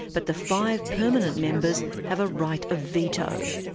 but the five permanent members have a right of veto.